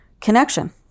connection